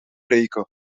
breken